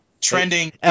trending